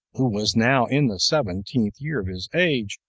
who was now in the seventeenth year of his age,